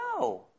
No